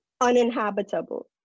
uninhabitable